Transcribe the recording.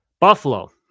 Buffalo